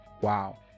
wow